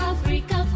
Africa